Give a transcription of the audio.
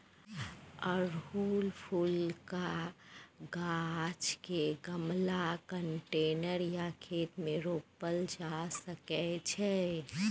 अड़हुल फुलक गाछ केँ गमला, कंटेनर या खेत मे रोपल जा सकै छै